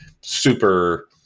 Super